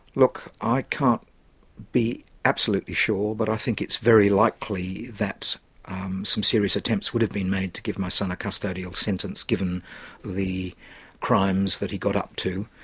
look, i can't be absolutely sure, but i think it's very likely that some serious attempts would have been made to give my son a custodial sentence, given the crimes that he got up to,